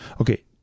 Okay